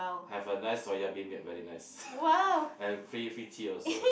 have a nice soya bean milk very nice and free free tea also